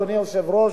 אדוני היושב-ראש.